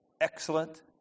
excellent